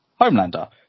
Homelander